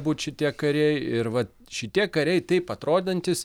būt šitie kariai ir va šitie kariai taip atrodantys